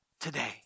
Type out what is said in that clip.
today